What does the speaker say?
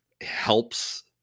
Helps